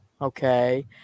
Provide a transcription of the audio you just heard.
Okay